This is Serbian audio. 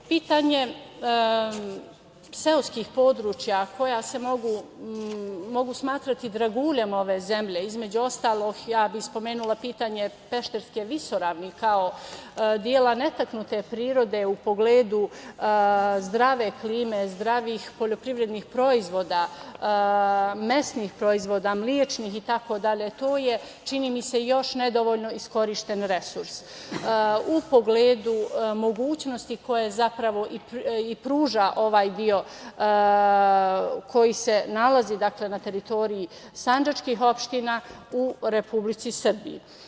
Pitanje seoskih područja koja se mogu smatrati draguljem ove zemlje, između ostalog, spomenula bih i pitanje Pešterske visoravni kao dela netaknute prirode, u pogledu zdrave klime, zdravih poljoprivrednih proizvoda, mesnih proizvoda, mlečnih i tako dalje, to je čini mi se još nedovoljno iskorišćen resurs u pogledu mogućnosti koje zapravo i pruža ovaj deo, koji se nalazi na teritoriji sandžačkih opština u Republici Srbiji.